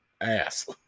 ass